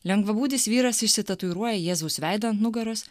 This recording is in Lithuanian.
lengvabūdis vyras išsitatuiruoja jėzaus veidą ant nugaros